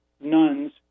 nuns